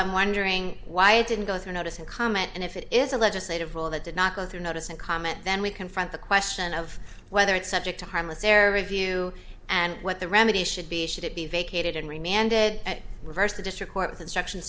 i'm wondering why it didn't go through notice and comment and if it is a legislative role that did not go through notice and comment then we confront the question of whether it's subject to harmless error review and what the remedy should be should it be vacated and we mandate that reverse the district court with instructions